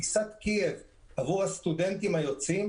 טיסת קייב עבור הסטודנטים היוצאים,